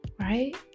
right